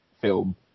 film